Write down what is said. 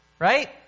right